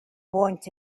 want